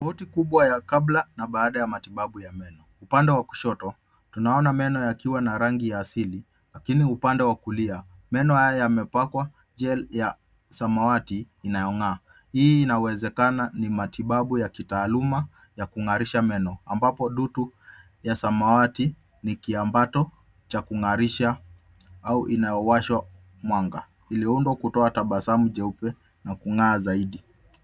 Tofauti kubwa ya kabla na baada ya matibabu ya meno. Upande wa kushoto tunaona meno yakiwa na rangi ya asili lakini upande wa kulia meno haya yamepakwa jell ya sawmawati inayong'aa. Hii inawezekana ni matibabu ya kitaaluma ya kung'arisha meno ambapo dutu ya samawati ni kiambato cha kung'arisha au inayowasha mwangwa. Ilioundwa kutoa tabasamu jeupe na kung'aa zaidi.